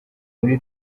muri